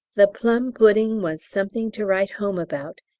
the plum-pudding was something to write home about!